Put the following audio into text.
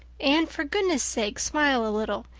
anne, for goodness sake smile a little.